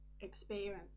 experience